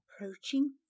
Approaching